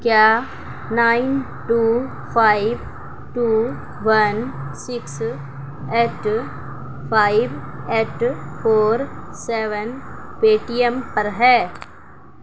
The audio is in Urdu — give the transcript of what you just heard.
کیا nine two five two one six eight five eight four seven Paytm پر ہے